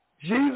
Jesus